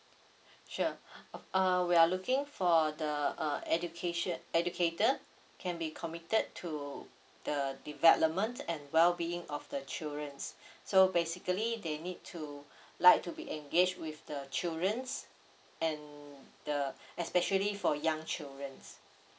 sure uh we are looking for the uh education educator can be committed to the development and well being of the children so basically they need to like to be engaged with the children and the especially for young children